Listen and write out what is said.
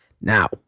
Now